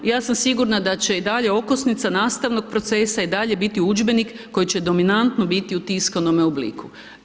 I ja sam sigurna da će i dalje okosnica nastavnog procesa i dalje biti udžbenik koji će dominantno biti u tiskanome obliku.